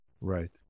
Right